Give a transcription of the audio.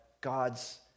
God's